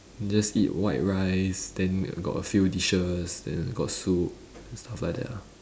just eat white rice then got a few dishes then got soup and stuff like that ah